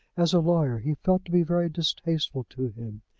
as a lawyer, he felt to be very distasteful to him.